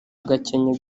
gakenke